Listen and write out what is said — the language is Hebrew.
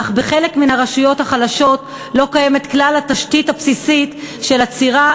אך בחלק מן הרשויות החלשות לא קיימת כלל התשתית הבסיסית של אצירה,